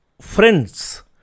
friends